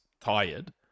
tired